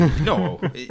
No